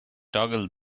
toggle